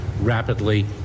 rapidly